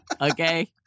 Okay